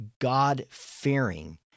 God-fearing